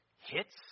hits